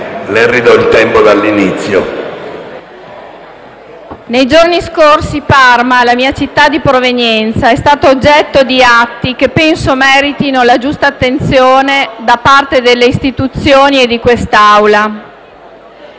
Presidente, nei giorni scorsi Parma, la mia città di provenienza, è stata oggetto di atti che penso meritino la giusta attenzione da parte delle istituzioni e di quest'Assemblea.